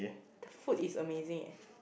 the food is amazing eh